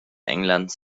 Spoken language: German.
englands